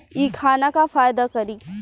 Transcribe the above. इ खाना का फायदा करी